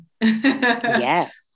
Yes